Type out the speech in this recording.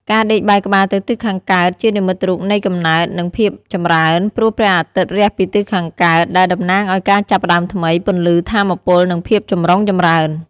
ការដេកបែរក្បាលទៅទិសខាងកើត ជានិមិត្តរូបនៃកំណើត និងភាពចម្រើន ព្រោះព្រះអាទិត្យរះពីទិសខាងកើត ដែលតំណាងឱ្យការចាប់ផ្តើមថ្មី ពន្លឺ ថាមពល និងភាពចម្រុងចម្រើន។